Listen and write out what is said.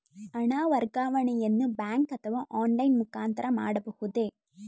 ಹಣ ವರ್ಗಾವಣೆಯನ್ನು ಬ್ಯಾಂಕ್ ಅಥವಾ ಆನ್ಲೈನ್ ಮುಖಾಂತರ ಮಾಡಬಹುದೇ?